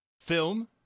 Film